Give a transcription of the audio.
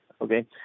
okay